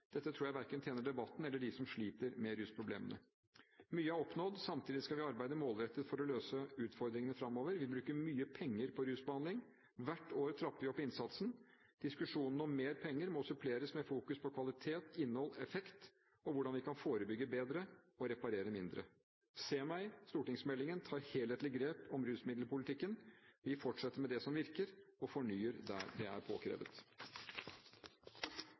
Dette tror jeg verken tjener debatten eller dem som sliter med rusproblemene. Mye er oppnådd. Samtidig skal vi arbeide målrettet for å løse utfordringene fremover. Vi bruker mye penger på rusbehandling. Hvert år trapper vi opp innsatsen. Diskusjonen om mer penger må suppleres med fokus på kvalitet, innhold og effekt, og hvordan vi kan forebygge bedre og reparere mindre. Se meg! – stortingsmeldingen – tar et helhetlig grep om rusmiddelpolitikken. Vi fortsetter med det som virker, og fornyer der det er